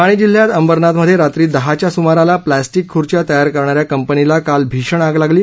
ठाणे जिल्ह्यात अंबरनाथमध्ये रात्री दहाच्या सुमारास प्लस्टिक खुर्च्या तयार करणाऱ्या कंपनीला काल भीषण आग लागली